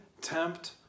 tempt